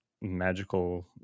magical